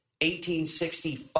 1865